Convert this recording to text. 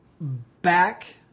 back